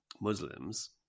Muslims